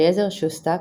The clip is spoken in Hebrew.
אליעזר שוסטק,